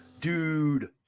Dude